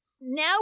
now